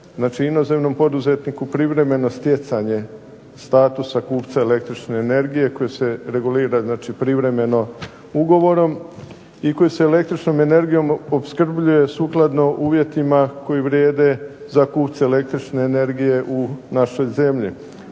inozemnom poduzetniku privremeno stjecanje statusa kupca električne energije koji se regulira privremeno ugovorom i koji se električnom energijom opskrbljuje sukladno uvjetima koji vrijede za kupce električne energije u našoj zemlji.